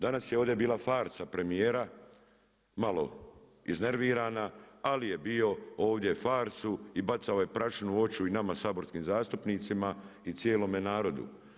Danas je ovdje bila farsa premijera, malo iznervirana, ali je bio ovdje farsu i bacao je prašinu u oči i nama saborskim zastupnicima i cijelome narodu.